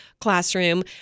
classroom